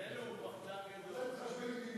אלינו הוא פחדן גדול.